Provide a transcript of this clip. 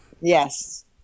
Yes